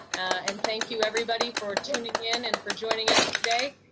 and thank you everybody for tuning in and for joining us today.